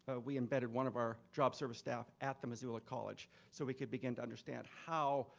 ah we embedded one of our job service staff at the missoula college so we could began to understand how,